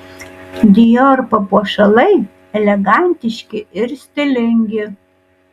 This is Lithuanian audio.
dior papuošalai elegantiški ir stilingi